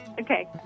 Okay